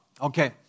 Okay